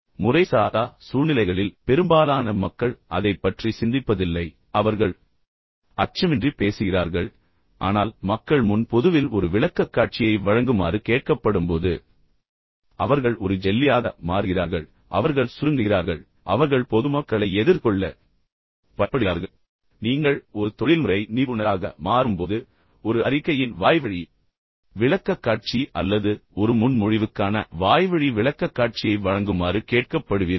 இப்போது முறைசாரா சூழ்நிலைகளில் பெரும்பாலான மக்கள் அதைப் பற்றி சிந்திப்பதில்லை பின்னர் அவர்கள் அச்சமின்றி பேசுகிறார்கள் ஆனால் மக்கள் முன் பொதுவில் ஒரு விளக்கக்காட்சியை வழங்குமாறு கேட்கப்படும்போது அவர்கள் ஒரு ஜெல்லியாக மாறுகிறார்கள் அவர்கள் சுருங்குகிறார்கள் பின்னர் அவர்கள் பொதுமக்களை எதிர்கொள்ள மிகவும் பயப்படுகிறார்கள் பெரும்பாலான நேரங்களில் நீங்கள் ஒரு தொழில்முறை நிபுணராக மாறும்போது ஒரு அறிக்கையின் வாய்வழி விளக்கக்காட்சி அல்லது ஒரு முன்மொழிவுக்கான வாய்வழி விளக்கக்காட்சியை வழங்குமாறு கேட்கப்படுவீர்கள்